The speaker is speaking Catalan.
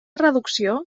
reducció